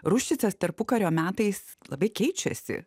ruščicas tarpukario metais labai keičiasi